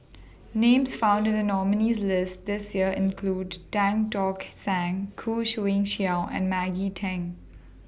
Names found in The nominees' list This Year include Tan Tock San Khoo Swee Chiow and Maggie Teng